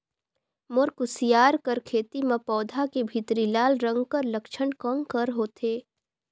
मोर कुसियार कर खेती म पौधा के भीतरी लाल रंग कर लक्षण कौन कर होथे?